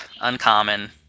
uncommon